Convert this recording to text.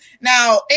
now